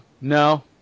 no